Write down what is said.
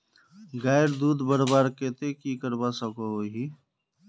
गायेर दूध बढ़वार केते की करवा सकोहो ही?